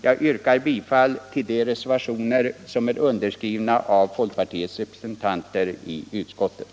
Jag yrkar bifall till de reservationer som är underskrivna av folkpartiets representanter i utskottet.